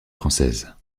française